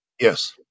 Yes